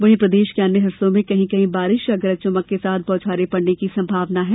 वहीं प्रदेश के अन्य हिस्सो में कहीं कहीं बारिश या गरज चमक के साथ बौछारें पड़ने की संभावना है